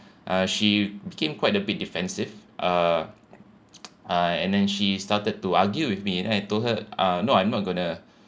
uh she became quite a bit defensive uh uh and then she started to argue with me and then I told her uh no I'm not gonna